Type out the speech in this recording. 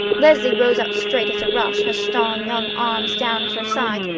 leslie rose up straight as a rush, her strong young arms down at her sides,